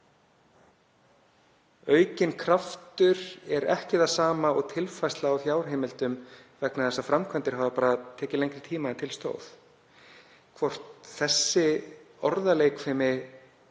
Aukinn kraftur er ekki það sama og tilfærsla á fjárheimildum vegna þess að framkvæmdir hafa bara tekið lengri tíma en til stóð. Mig langar að